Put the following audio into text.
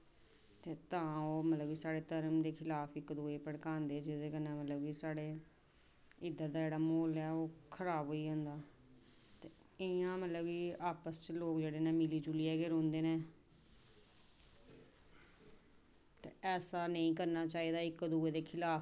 ते तां ओह् मतलब साढ़े धर्म दे खलाफ इक्क दूए गी भड़कांदे न ते जेह्दे कन्नै मतलब कि साढ़े इद्धर दा जेह्ड़ा म्हौल ऐ ओह् खराब होई जंदा ते इंया गै लोक जेह्ड़े न ओह् आपस च मिली जुलियै गै रौहंदे न ते ऐसा नेईं करना चाहिदा इक्क दूए दे खलाफ